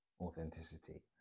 authenticity